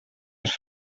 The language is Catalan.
els